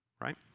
right